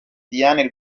diane